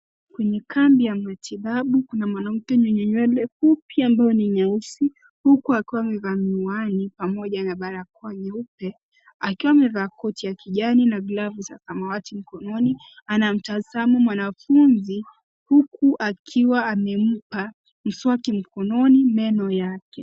Kwenye kambi ya matibabu kuna mwanamke mwenye nywele mpya ambayo ni nyeusi uku akiwa amevaa miwani pamoja barakoa nyeupe akiwa amevaa koti ya kijani na glavu za samawati mkononi, anamtanzama mwanafunzi uku akiwa amempa mswaki mkononi meno yake.